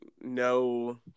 no